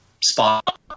spot